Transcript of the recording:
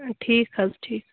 ٹھیٖک حظ ٹھیٖک